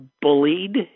bullied